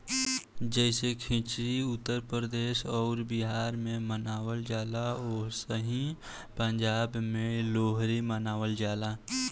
जैसे खिचड़ी उत्तर प्रदेश अउर बिहार मे मनावल जाला ओसही पंजाब मे लोहरी मनावल जाला